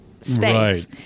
space